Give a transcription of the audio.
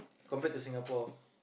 compared to Singapore